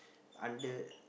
under